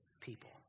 people